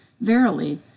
Verily